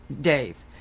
Dave